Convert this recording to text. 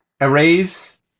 arrays